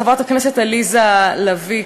חברת הכנסת עליזה לביא,